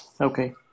Okay